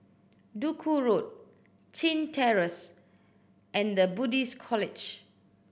Duku Road Chin Terrace and The Buddhist College